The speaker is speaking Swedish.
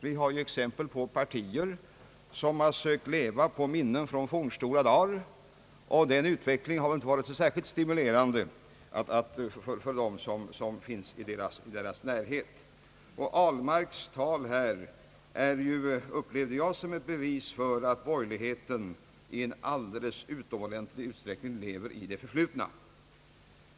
Det finns ju exempel på partier som har sökt att leva på minnen från fornstora dagar; resultatet av detta har säkerligen inte varit så särskilt stimulerande. Jag upplevde herr Ahlmarks anförande som ett bevis för att borgerligheten i allt större utsträckning lever i det förflutna.